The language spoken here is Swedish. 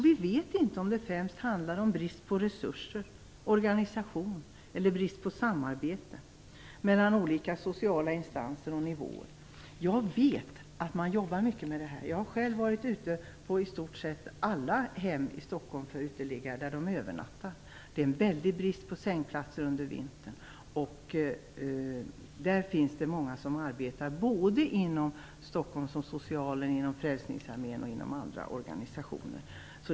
Vi vet inte om det främst handlar om brist på resurser och organisation eller brist på samarbete mellan olika sociala instanser och nivåer. Jag vet att man jobbar mycket med det här. Jag har själv varit ute och tittat på i stort sett alla hem i Det är en stor brist på sängplatser under vintern. Det finns många som arbetar med det här inom socialen, Frälsningsarmén och andra organisationer.